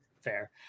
fair